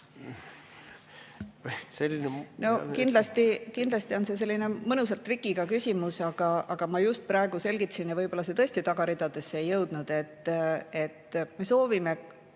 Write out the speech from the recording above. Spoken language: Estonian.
Selline ... Kindlasti on see selline mõnusalt trikiga küsimus, aga ma just praegu selgitasin ja võib-olla see tõesti tagaridadesse ei jõudnud, et me soovime